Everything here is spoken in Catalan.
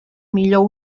millor